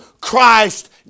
Christ